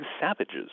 savages